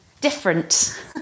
different